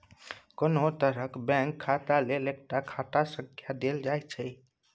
कोनो तरहक बैंक खाताक लेल एकटा खाता संख्या देल जाइत छै